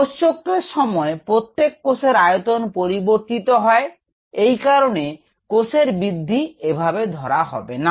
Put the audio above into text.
কোষচক্রের সময় প্রত্যেক কোষের আয়তন পরিবর্তিত হয় এই কারণে কোষের বৃদ্ধি এভাবে ধরা হবে না